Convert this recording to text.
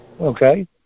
Okay